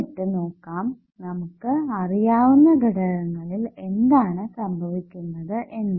എന്നിട്ട് നോക്കാം നമുക്ക് അറിയാവുന്ന ഘടകങ്ങളിൽ എന്താണ് സംഭവിക്കുന്നത് എന്ന്